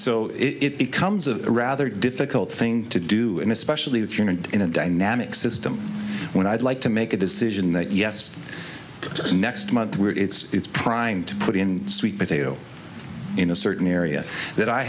so it becomes a rather difficult thing to do and especially if you're in a dynamic system when i'd like to make a decision that yes next month where it's primed to put in sweet potato in a certain area that i